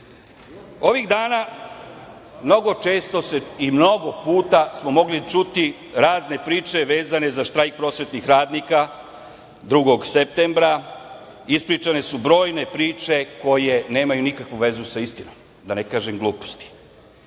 jesu. Ovih dana mnogo često i mnogo puta smo mogli čuti razne priče vezane za štrajk prosvetnih radnika 2. septembra. Ispričane su brojne priče koje nemaju nikakvu vezu sa istinom, da ne kažem gluposti.